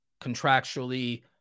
contractually